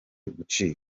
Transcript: gucika